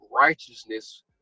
righteousness